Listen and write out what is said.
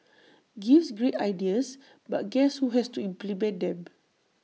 gives great ideas but guess who has to implement them